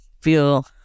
feel